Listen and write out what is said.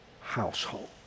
household